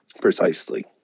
Precisely